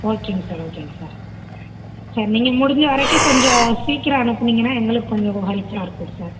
ஓகேங்க சார் ஓகேங்க sir sir நீங்கள் முடிஞ்ச வரைக்கும் கொஞ்சம் சீக்கரம் அனுப்புனீங்கன்னால் எங்களுக்கு கொஞ்சம் ஹெல்ப்ஃபுல்லாக இருக்கும் சார்